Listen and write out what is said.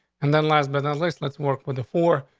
and then last but not least, let's work with the four.